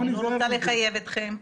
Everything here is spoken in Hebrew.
אני לא רוצה לחייב אתכם,